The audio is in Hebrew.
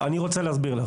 לענות.